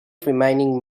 remaining